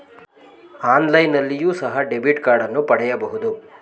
ಆನ್ಲೈನ್ನಲ್ಲಿಯೋ ಸಹ ಡೆಬಿಟ್ ಕಾರ್ಡನ್ನು ಪಡೆಯಬಹುದು